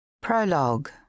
prologue